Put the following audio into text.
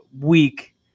week